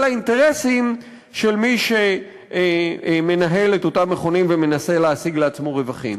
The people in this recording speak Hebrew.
האינטרסים של מי שמנהל את אותם מכונים ומנסה להשיג לעצמו רווחים?